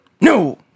No